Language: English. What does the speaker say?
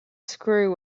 screw